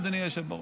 אדוני היושב בראש,